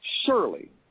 surely